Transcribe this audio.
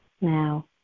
now